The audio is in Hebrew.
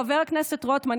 חבר הכנסת רוטמן,